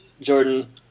Jordan